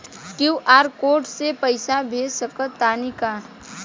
QR code से पईसा भेज सक तानी का?